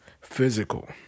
Physical